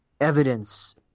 evidence